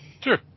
Sure